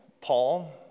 Paul